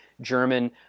german